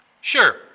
Sure